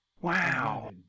Wow